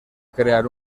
crear